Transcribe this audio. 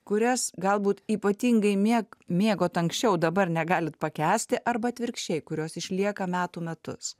kurias galbūt ypatingai mėg mėgot anksčiau dabar negalit pakęsti arba atvirkščiai kurios išlieka metų metus